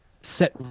set